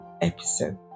episode